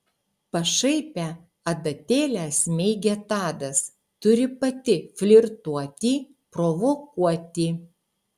pašaipią adatėlę smeigė tadas turi pati flirtuoti provokuoti